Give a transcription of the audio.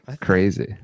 Crazy